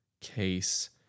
case